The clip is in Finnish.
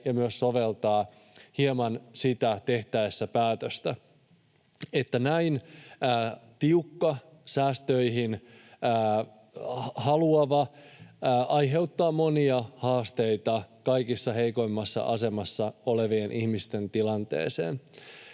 ja myös soveltaa hieman sitä tehtäessä päätöstä. Näin tiukka säästöihin haluaminen aiheuttaa monia haasteita kaikista heikoimmassa asemassa olevien ihmisten tilanteeseen.